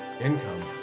income